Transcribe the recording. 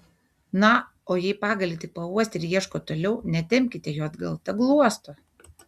na o jei pagalį tik pauostė ir ieško toliau netempkite jo atgal tegu uosto